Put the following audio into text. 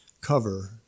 cover